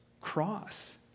cross